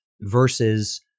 versus